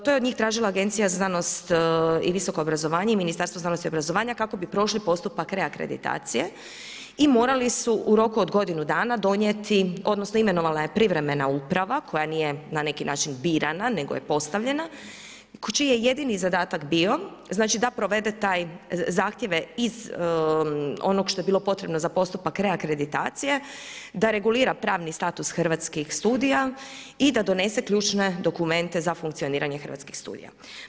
To je od njih tražila Agencija za znanost i visoko obrazovanje i Ministarstvo znanosti i obrazovanja, kako bi prošli postupak reakreditacije i morali su u roku godine dana, donijeti, odnosno, imenovala je privremena uprava, koja nije na neki način birana nego je postavljan, čiji je jedini zadatak bio, da provede taj zahtjeve iz onog što je bilo potrebno za postupak reakreditacije, da regulira pravni status hrvatskih studija i da donese ključne dokumente za funkcioniranje hrvatskih studija.